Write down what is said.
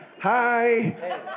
Hi